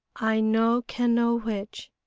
i no can know which.